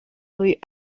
rue